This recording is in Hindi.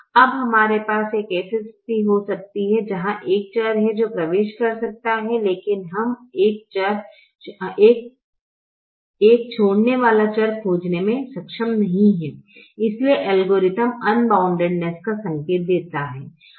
अब हमारे पास एक ऐसी स्थिति हो सकती है जहां एक चर है जो प्रवेश कर सकता है लेकिन हम एक छोड़ने वाला चर खोजने में सक्षम नहीं हैं इसलिए एल्गोरिथ्म अनबाउंडनेस का संकेत देता है